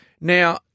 Now